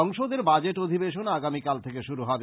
সংসদের বাজেট অধিবেশন আগামীকাল থেকে শুরু হবে